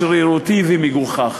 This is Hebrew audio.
שרירותי ומגוחך.